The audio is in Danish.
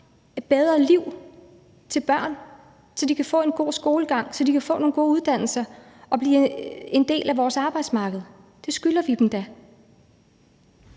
et bedre liv til børn, så de kan få en god skolegang, så de kan få nogle gode uddannelser og blive en del af vores arbejdsmarked. Det skylder vi dem da.